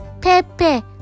Pepe